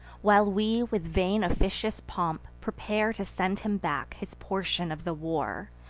while we, with vain officious pomp, prepare to send him back his portion of the war,